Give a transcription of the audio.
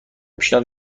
پیشنهاد